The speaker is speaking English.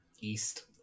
east